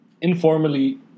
informally